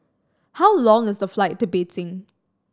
how long is the flight to Beijing